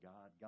God